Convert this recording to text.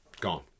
Gone